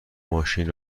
ماشین